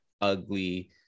ugly